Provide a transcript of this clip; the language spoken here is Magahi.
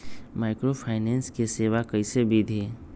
माइक्रोफाइनेंस के सेवा कइसे विधि?